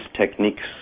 techniques